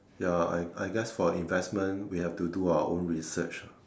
ya I I guess for investment we've to do our own research ah